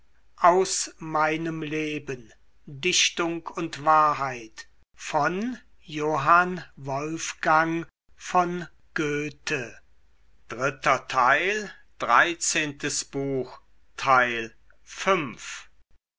aus meinem leben dichtung und wahrheit